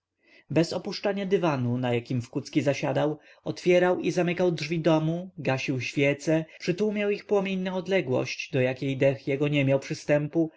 bez opuszczania dywanu na jakim w kucki zasiadał otwierał i zamykał drzwi domu gasił świece przytłumiał ich płomień w odległości do jakiej dech jego nie miał przystępu